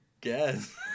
guess